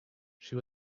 she